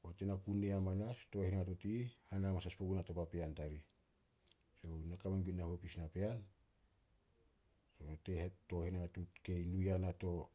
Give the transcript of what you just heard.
poat ena ku nee hamanas, tooh henatuut i ih hana hamanas as puguna to papean tarih. Na kame gun nahuepis napean, kei nu yana to